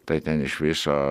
tai ten iš viso